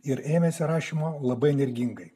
ir ėmėsi rašymo labai energingai